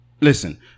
Listen